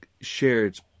shared